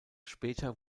später